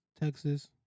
Texas